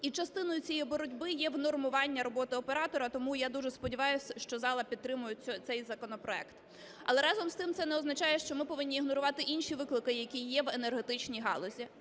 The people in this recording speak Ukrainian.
І частиною цієї боротьби є внормування роботи оператора, тому я дуже сподіваюся, що зала підтримає цей законопроект. Але разом з тим це не означає, що ми повинні ігнорувати інші виклики, які є в енергетичній галузі.